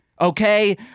okay